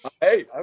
Hey